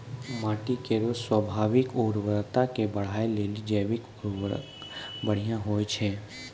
माटी केरो स्वाभाविक उर्वरता के बढ़ाय लेलि जैविक उर्वरक बढ़िया होय छै